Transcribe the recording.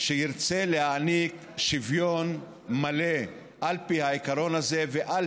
שירצה להעניק שוויון מלא על פי העיקרון הזה ועל